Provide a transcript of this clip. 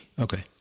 Okay